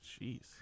Jeez